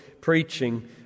preaching